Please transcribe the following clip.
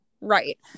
Right